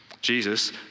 Jesus